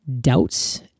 doubts